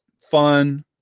fun